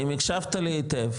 אם הקשבתי לי היטב,